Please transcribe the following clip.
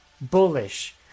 bullish